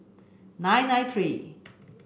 nine nine three